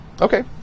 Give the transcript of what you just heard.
Okay